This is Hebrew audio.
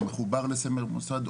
הוא מחובר לסמל מוסד,